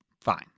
fine